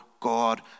God